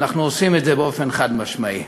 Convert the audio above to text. ואנחנו עושים את זה באופן חד-משמעי.